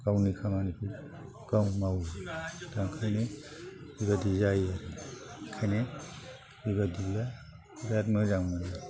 गावनि खामानिखौ गावनो मावो दा ओंखायनो बेबादि जायो आरो बेखायनो बेबादिया बिराद मोजां मोनो